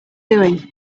doing